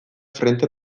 frente